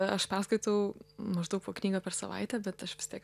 aš perskaitau maždaug po knygą per savaitę bet aš vis tiek